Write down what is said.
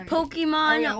Pokemon